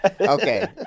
Okay